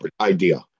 idea